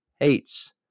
hates